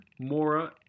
Mora